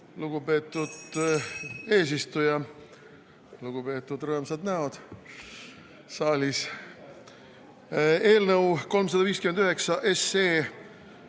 Lugupeetud eesistuja! Lugupeetud rõõmsad näod saalis! Eelnõu 359 on